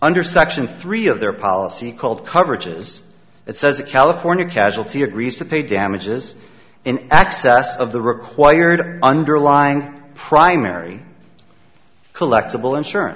under section three of their policy called coverages it says a california casualty agrees to pay damages in excess of the required underlying primary collectable insurance